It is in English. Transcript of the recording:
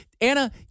Anna